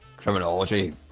Criminology